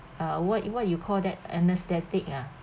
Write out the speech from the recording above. uh what you what you call that anaesthetic ah